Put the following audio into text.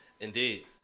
Indeed